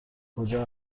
کجا